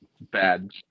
bad